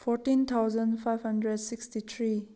fourteen thousand five hundred sixty three